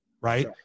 right